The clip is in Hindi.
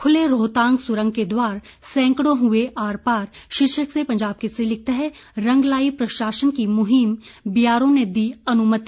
खुले रोहतांग सुरंग के द्वार सैकड़ों हुए आर पार शीर्षक से पंजाब केसरी लिखता है रंग लाई प्रशासन की मुहिम बीआरओ ने दी अनुमति